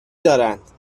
دارند